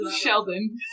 Sheldon